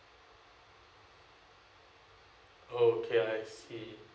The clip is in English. okay I see